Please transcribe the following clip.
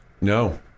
No